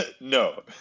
no